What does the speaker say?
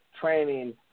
training